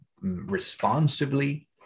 responsibly